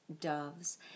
doves